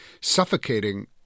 suffocating